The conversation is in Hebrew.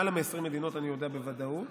למעלה מ-20 מדינות, אני יודע בוודאות,